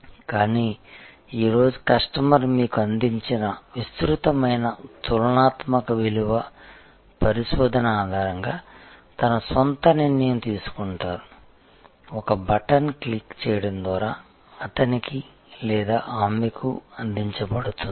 కానీ ఈ రోజు కస్టమర్ మీకు అందించిన విస్తృతమైన తులనాత్మక విలువ పరిశోధన ఆధారంగా తన స్వంత నిర్ణయం తీసుకుంటారు ఒక బటన్ క్లిక్ చేయడం ద్వారా అతనికి లేదా ఆమెకు అందించబడుతుంది